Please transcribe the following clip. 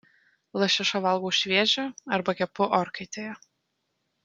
lašišą valgau šviežią arba kepu orkaitėje